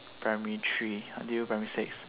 primary three until primary six